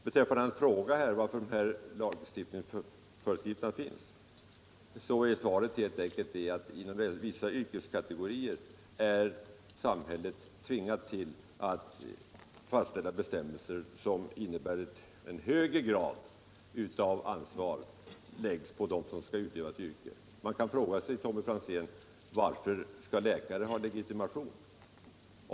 Beträffande frågan varför lagföreskrifter finns är svaret helt enkelt att inom vissa yrkeskategorier är samhället tvingat att fastställa bestämmelser som innebär en högre grad av ansvar. Annars kunde man ju fråga sig varför läkare skall ha legitimation.